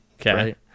Okay